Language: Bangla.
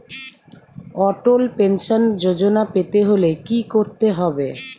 অটল পেনশন যোজনা পেতে হলে কি করতে হবে?